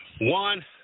One